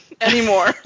anymore